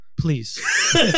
Please